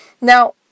Now